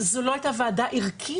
זו לא הייתה ועדה ערכית,